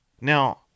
Now